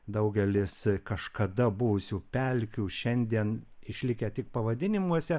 daugelis kažkada buvusių pelkių šiandien išlikę tik pavadinimuose